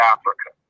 Africa